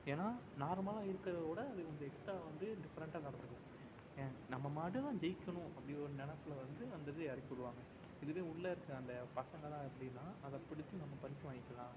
ஏன்னால் நார்மலாக இருக்கிறதோட அது கொஞ்சம் எக்ஸ்ட்ரா வந்து டிஃப்ரெண்ட்டாக நடந்துக்கும் ஏன் நம்ம மாடு தான் ஜெயிக்கணும் அப்படி ஒரு நினப்புல வந்து அந்த இது இறக்கி விடுவாங்க இதுவே உள்ள இருக்கிற அந்தப் பசங்கள்லாம் எப்படின்னா அதைப் பிடித்து நம்ம பரிசு வாங்கிக்கலாம்